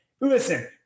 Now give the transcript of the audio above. Listen